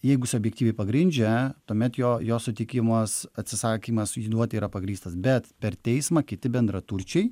jeigu jis objektyviai pagrindžia tuomet jo jo sutikimas atsisakymas jį duoti yra pagrįstas bet per teismą kiti bendraturčiai